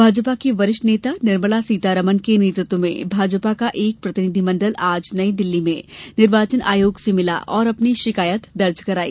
भोजपा की वरिष्ठ नेता निर्मला सीतारमण के नेतृत्व में भाजपा का एक प्रतिनिधिमंडल आज नई दिल्ली में निर्वाचन आयोग से मिला और अपनी शिकायत दर्ज कराई